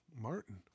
Martin